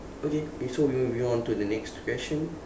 okay okay so we moving on to the next question